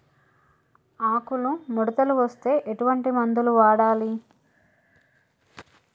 ఆకులు ముడతలు వస్తే ఎటువంటి మందులు వాడాలి?